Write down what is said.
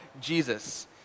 Jesus